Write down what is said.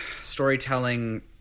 storytelling